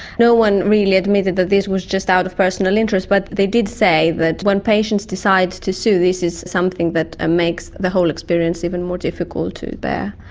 no one really admitted that this was just out of personal interest but they did say that when patients decide to sue, this is something that ah makes the whole experience even more difficult to bear.